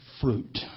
fruit